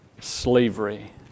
Slavery